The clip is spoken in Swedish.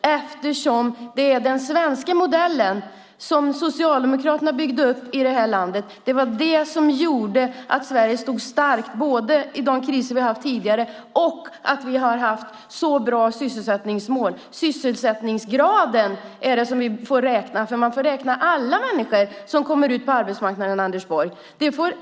Det var den svenska modellen, som Socialdemokraterna byggde upp i det här landet, som gjorde att Sverige både stod starkt i de kriser vi har haft tidigare och har haft så bra sysselsättningsmål. Sysselsättningsgraden är det som vi får räkna, för man får räkna alla människor som kommer ut på arbetsmarknaden, Anders Borg.